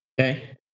Okay